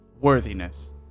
Worthiness